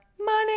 money